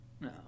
No